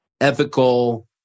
ethical